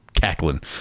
cackling